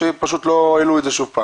או שפשוט לא העלו את זה שוב.